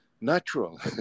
natural